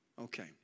Okay